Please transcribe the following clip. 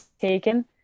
taken